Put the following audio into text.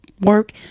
work